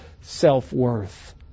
self-worth